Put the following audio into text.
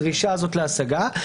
הדרישה הזאת להשגה.